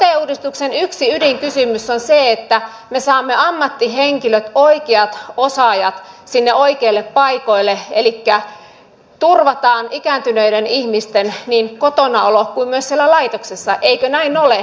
sote uudistuksen yksi ydinkysymys on se että me saamme ammattihenkilöt oikeat osaajat sinne oikeille paikoille elikkä turvataan ikääntyneiden ihmisten olo niin kotona kuin myös siellä laitoksissa eikö näin ole